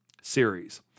series